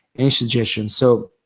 any suggestion? so,